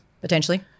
potentially